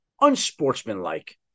unsportsmanlike